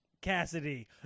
Cassidy